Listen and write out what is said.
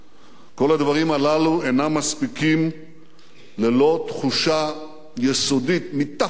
כל הדברים הללו אינם מספיקים ללא תחושה יסודית מתחת לפני הדברים,